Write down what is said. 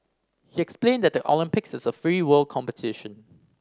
he explain that the Olympics is a free world competition